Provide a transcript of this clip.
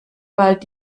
bald